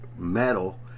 metal